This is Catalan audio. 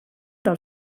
del